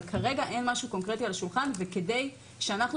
אבל כרגע אין משהו קונקרטי על השולחן וכדי שאנחנו